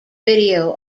video